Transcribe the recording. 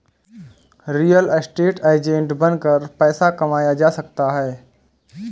real estate agent बनकर पैसा कमाया जा सकता है